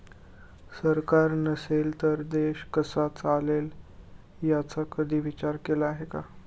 सरकार नसेल तर देश कसा चालेल याचा कधी विचार केला आहे का?